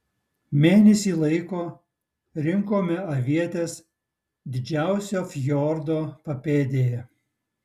mėnesį laiko rinkome avietes didžiausio fjordo papėdėje